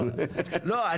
לא,